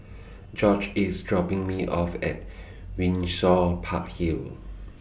George IS dropping Me off At Windsor Park Hill